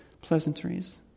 pleasantries